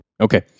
Okay